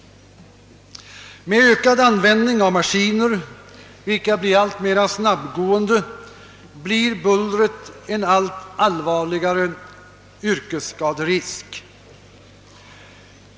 Med ökad användning av maskiner, vilka blir alltmer snabbgående, blir bullret en allt allvarligare yrkesskaderisk.